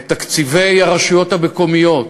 את תקציבי הרשויות המקומיות